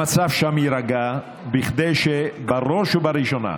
המצב שם יירגע, כדי שבראש ובראשונה